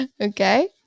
Okay